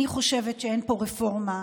אני חושבת שאין פה רפורמה,